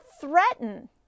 threaten